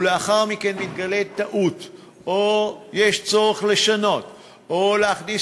לאחר מכן מתגלה טעות או יש צורך לשנות או להכניס